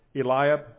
Eliab